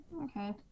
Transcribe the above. Okay